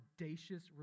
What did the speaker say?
audacious